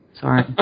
Sorry